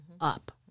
up